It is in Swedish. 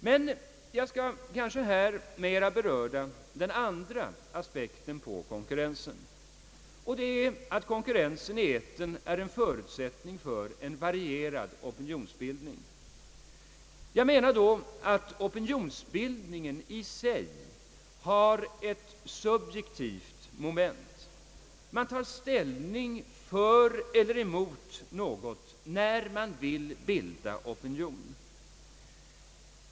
Men jag skall här mera beröra den andra aspekten på konkurrensen, nämligen att konkurrensen i etern är en förutsättning för en varierad opinionsbildning. Jag menar att opinionsbildningen i sig har ett subjektivt moment. Man tar ställning för eller emot något när man vill bilda opinion.